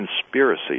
conspiracy